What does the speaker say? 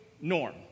norm